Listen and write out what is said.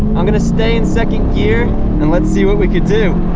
i'm gonna stay in second gear and let's see what we could do.